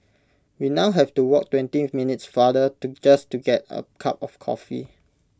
we now have to walk twenty minutes farther to just to get A cup of coffee